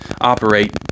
operate